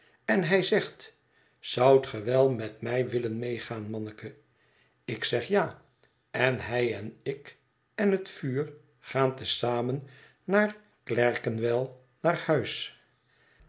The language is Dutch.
en hij zegt zoudt ge wel met mij willen meegaan manneke ik zeg ja en hij en ik en het vuur gaan te zamen naar clerkenwell naar huis